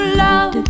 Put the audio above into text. love